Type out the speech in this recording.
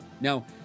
Now